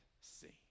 see